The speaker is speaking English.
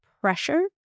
pressure